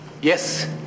Yes